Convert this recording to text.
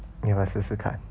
你有没有试试看